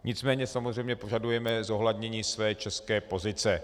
Nicméně samozřejmě požadujeme zohlednění své české pozice.